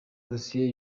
dosiye